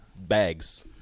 Bags